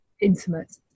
intimate